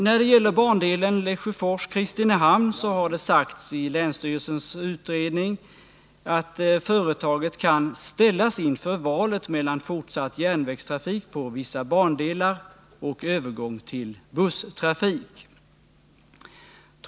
När det gäller bandelen Lesjöfors-Kristinehamn sägs i länsstyrelsens utredning att företaget kan ”ställas inför valet mellan fortsatt järnvägstrafik på vissa bandelar och övergång till busstrafik”.